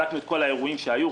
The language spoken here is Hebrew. בדקנו את כל האירועים שהיו,